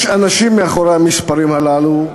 יש אנשים מאחורי המספרים הללו,